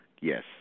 Yes